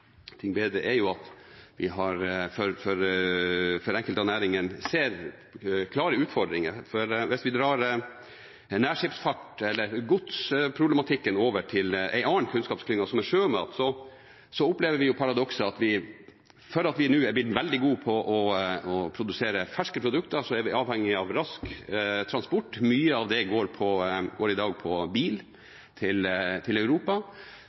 bedre, er at det for enkelte av næringene er klare utfordringer. Hvis vi drar godsproblematikken over til en annen kunnskapsklynge, som sjømat, opplever vi det paradokset at fordi vi nå er blitt veldig gode på å produsere ferske produkter, er vi avhengig av rask transport, og mye av den går i dag med bil til Europa.